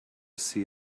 see